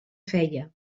feia